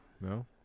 No